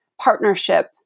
partnership